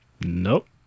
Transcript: Nope